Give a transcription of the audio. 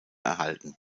erhalten